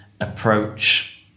approach